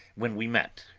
when we met,